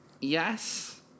Yes